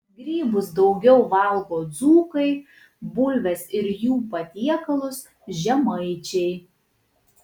grybus daugiau valgo dzūkai bulves ir jų patiekalus žemaičiai